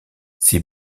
ces